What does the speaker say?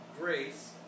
grace